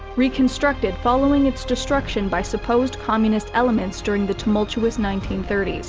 reconstructed following its destruction by supposed communist elements during the tumultuous nineteen thirty s.